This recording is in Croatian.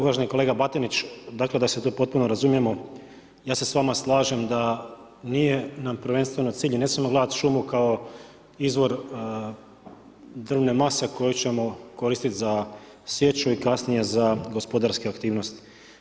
Uvaženi kolega Batinić, dakle, da se tu potpuno razumijemo, ja se s vama slažem da nije nam prvenstveno cilj i ne smijemo gledati šumu kao izvor drvne mase koju ćemo koristiti za sječu i kasnije za gospodarske aktivnosti.